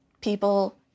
people